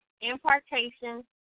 impartation